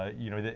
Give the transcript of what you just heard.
ah you know,